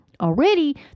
Already